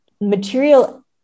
material